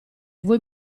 vuoi